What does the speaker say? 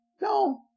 no